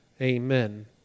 amen